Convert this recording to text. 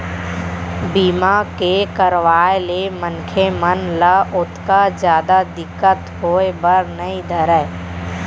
बीमा के करवाय ले मनखे मन ल ओतका जादा दिक्कत होय बर नइ धरय